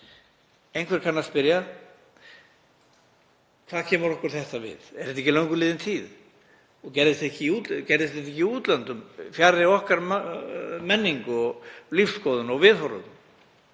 Einhver kann að spyrja: Hvað kemur okkur þetta við? Er þetta ekki löngu liðin tíð og gerðist það ekki í útlöndum, fjarri okkar menningu, lífsskoðun og viðhorfum?